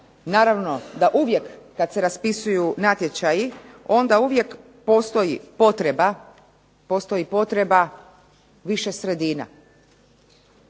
Naravno da uvijek kad se raspisuju natječaji, onda uvijek postoji potreba više sredina,